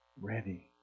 ready